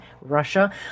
Russia